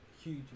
huge